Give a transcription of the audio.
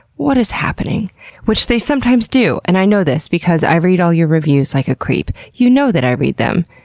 what is happening? which they sometimes do. and i know this because i read all your reviews like a creep. you know that i read them.